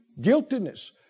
Guiltiness